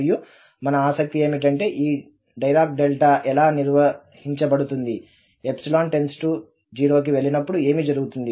మరియు మన ఆసక్తి ఏమిటంటే ఈ డిరాక్ డెల్టా ఎలా నిర్వహింపబడుతుంది 0 కి వెళ్లినప్పుడు ఏమి జరుగుతుంది